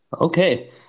Okay